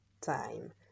time